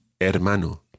hermano